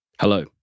Hello